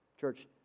Church